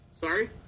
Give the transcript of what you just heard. Sorry